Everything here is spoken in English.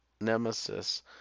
Nemesis